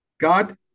God